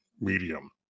Medium